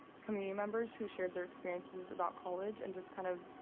community members who shared their experiences about college, and just kind of